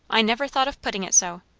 i never thought of putting it so.